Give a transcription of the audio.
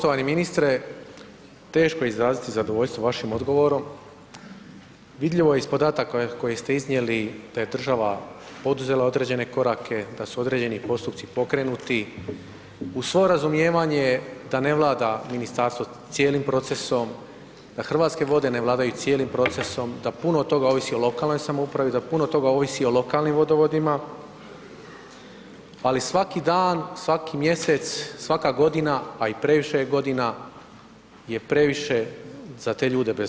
Poštovani ministre, teško je izraziti zadovoljstvo vašim odgovorom, vidljivo je iz podataka koje ste iznijeli da je država poduzela određene korake, da su određeni postupci pokrenuti, uz svo razumijevanje da ne vlada ministarstvo cijelim procesom, da Hrvatske vode ne vladaju cijelim procesom, da puno toga ovisi o lokalnoj samoupravi, da puno toga ovisi o lokalnim vodovodima, ali svaki dan, svaki mjesec, svaka godina, a i previše je godina je previše za te ljude bez